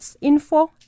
info